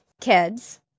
Kids